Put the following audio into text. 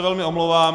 Velmi se omlouvám.